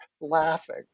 laughing